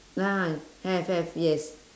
ah have have yes